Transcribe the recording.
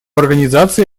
организации